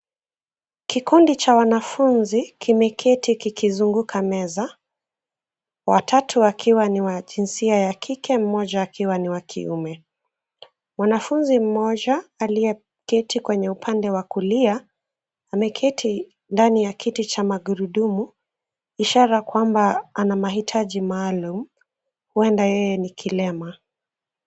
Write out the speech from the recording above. Kikundi cha wanafunzi kimeketi kikizunguka meza, watatu wakiwa ni wa jinsia ya kike mmoja akiwa ni wa kiume. Mwanafunzi mmoja aliyeketi kwenye upande wa kulia ameketi ndani ya kiti cha magurudumu ishara kwamba ana mahitaji maalum, huenda yeye ni kilema.